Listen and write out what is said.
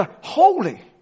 holy